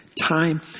time